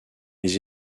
les